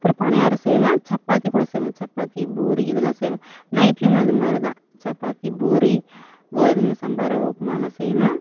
அப்புறம் பணியாரம் செய்வேன் சப்பாத்தி கூட செய்வேன் சப்பாத்தி பூரி இதெல்லாம் செய்வேன் நைட்லேயுமே அது மாதிரி தான் சப்பாத்தி பூரி கோதுமை சம்பா ரவா உப்புமாலாம் செய்வேன்